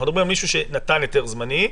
אנחנו מדברים על מישהו שנתן היתר זמני,